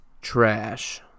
trash